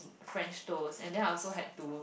french toast and then I also had to